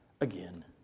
again